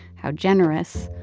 how generous,